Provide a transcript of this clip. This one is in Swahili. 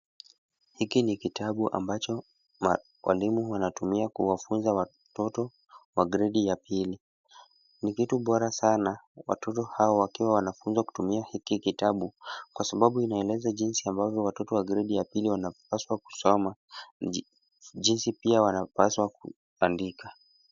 Hiki ni kitabu ambacho walimu wanatumia kuwafunza watoto wa gredi ya pili. Ni kitu bora sana watoto hawa wakiwa wanafunzwa kutumia hiki kitabu kwa sababu inaeleza jinsi ambavyo watoto wa gredi ya pili wanapaswa kusoma na jinsi pia wanapaswa kuandika.